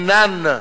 אינן.